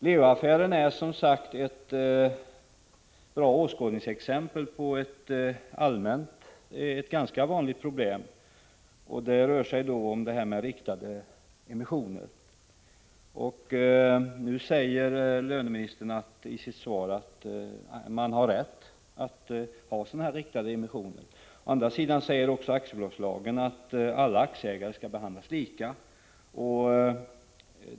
Leo-affären är som sagt ett bra åskådningsexempel på ett ganska vanligt problem, nämligen riktade emissioner. Nu säger löneministern i sitt svar att man har rätt att göra riktade emissioner. Å andra sidan sägs det i aktiebolagslagen att alla aktieägare skall behandlas lika.